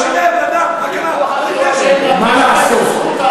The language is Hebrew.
מה לעשות.